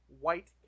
white